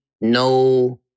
no